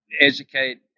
educate